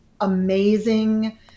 amazing